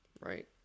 Right